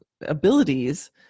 abilities